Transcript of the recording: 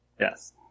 Yes